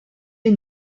est